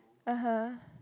(uh huh)